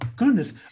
Goodness